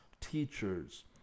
teachers